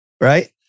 Right